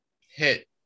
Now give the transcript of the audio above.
hit